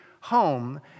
home